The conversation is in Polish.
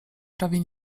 prawie